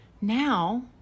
Now